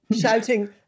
shouting